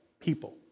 people